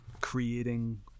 creating